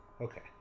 Okay